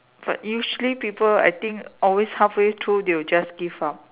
but usually people I think always halfway through they will just give up